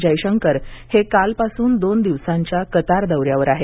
जयशंकर हे कालपासून दोन दिवसांच्या कतार दौऱ्यावर आहेत